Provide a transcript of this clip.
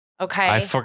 Okay